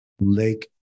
Lake